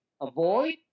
avoid